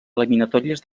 eliminatòries